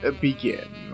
begin